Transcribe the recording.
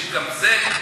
שגם זה,